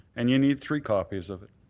and you need three copies of it.